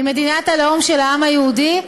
היא מדינת הלאום של העם היהודי,